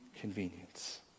convenience